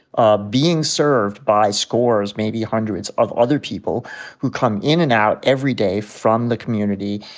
ah being served by scores, maybe hundreds of other people who come in and out every day from the community,